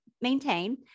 maintain